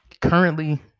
currently